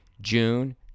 June